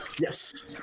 Yes